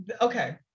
okay